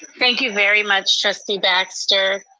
thank you very much, trustee baxter.